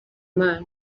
imana